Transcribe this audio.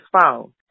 phone